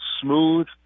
smooth